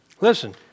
listen